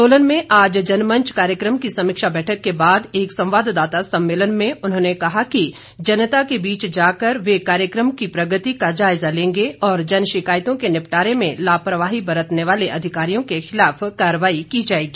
सोलन में आज जनमंच कार्यक्रम की समीक्षा बैठक के बाद एक संवाददाता सम्मेलन में उन्होंने कहा जनता के बीच जाकर कार्यक्रम की प्रगति का जायजा लिया जाएगा और जन शिकायतों के निपटारे में लापरवाही बरतने वाले अधिकारियों के खिलाफ कार्रवाई की जाएगी